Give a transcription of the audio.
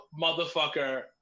motherfucker